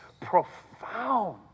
profound